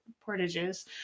portages